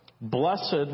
Blessed